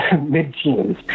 mid-teens